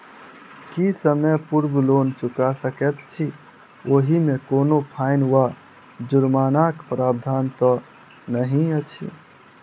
की समय पूर्व लोन चुका सकैत छी ओहिमे कोनो फाईन वा जुर्मानाक प्रावधान तऽ नहि अछि?